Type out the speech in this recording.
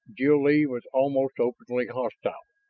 jil-lee was almost openly hostile.